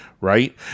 right